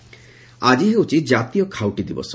ଖାଉଟ ଦବସ ଆକି ହେଉଛି କାତୀୟ ଖାଉଟି ଦିବସ